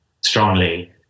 strongly